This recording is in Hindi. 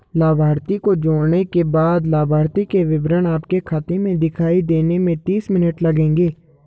लाभार्थी को जोड़ने के बाद लाभार्थी के विवरण आपके खाते में दिखाई देने में तीस मिनट लगेंगे